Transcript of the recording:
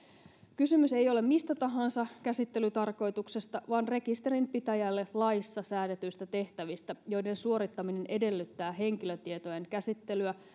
kysymys ei ole mistä tahansa käsittelytarkoituksesta vaan rekisterinpitäjälle laissa säädetyistä tehtävistä joiden suorittaminen edellyttää henkilötietojen käsittelyä